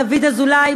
דוד אזולאי,